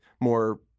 more –